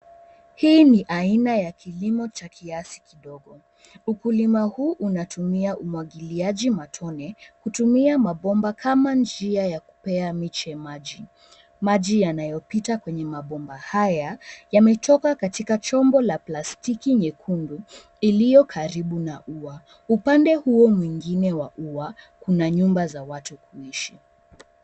Hii ni aina ya kilimo cha kiasi kidogo. Ukulima huu unatumia umwagiliaji matone kutumia mabomba kama njia ya kupea miche maji. Maji yanayopita kwenye mabomba haya yametoka katika chombo la plastiki nyekundu iliyo karibu na uwa. Upande huo mwingine wa uwa, kuna nyumba za watu kuishi.